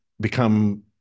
become